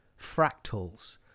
fractals